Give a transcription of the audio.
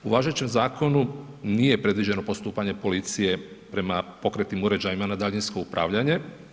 U važećem zakonu nije predviđeno postupanje policije prema pokretnim uređajima na daljinsko upravljanje.